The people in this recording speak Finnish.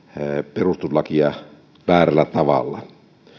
perustuslakia väärällä tavalla